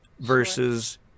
versus